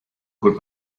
col